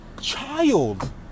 child